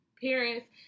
Parents